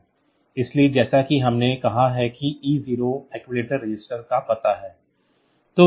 इसलिए जैसा कि हमने कहा कि e0 अक्सुमुलेटर रजिस्टर का पता है